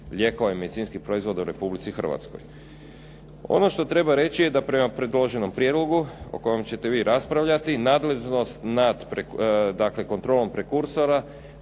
lijekova i medicinskih proizvoda u Republici Hrvatskoj. Ono što treba reći je da prema predloženom prijedlogu o kojem ćete vi raspravljati, nadležnost nad kontrolom prekursora